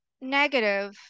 negative